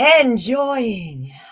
Enjoying